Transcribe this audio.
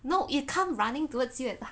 no it come running towards you at~